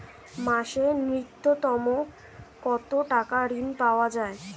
মাসে নূন্যতম কত টাকা ঋণ পাওয়া য়ায়?